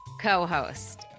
co-host